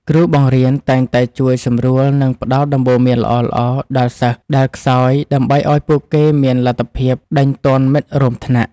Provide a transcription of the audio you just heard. គ្រូបង្រៀនតែងតែជួយសម្រួលនិងផ្ដល់ដំបូន្មានល្អៗដល់សិស្សដែលខ្សោយដើម្បីឱ្យពួកគេមានលទ្ធភាពដេញទាន់មិត្តរួមថ្នាក់។